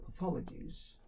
pathologies